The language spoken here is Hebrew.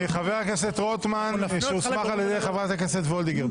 חבר הכנסת רוטמן שהוסמך על ידי חברת הכנסת וולדיגר.